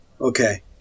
Okay